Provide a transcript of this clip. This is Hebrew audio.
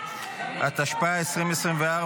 התשפ"ה 2024,